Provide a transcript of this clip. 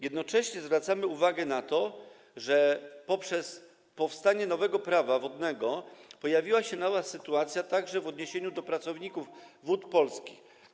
Jednocześnie zwracamy uwagę na to, że poprzez powstanie nowego Prawa wodnego pojawiła się nowa sytuacja także w odniesieniu do pracowników Wód Polskich.